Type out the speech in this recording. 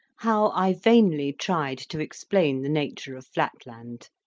how i vainly tried to explain the nature of flatland.